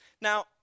Now